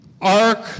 ark